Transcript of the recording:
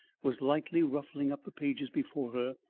was lightly ruffling up the pages before her,